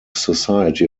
society